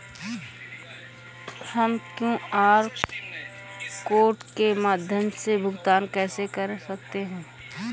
हम QR code के माध्यम से भुगतान कैसे कर सकते हैं?